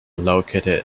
located